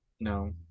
No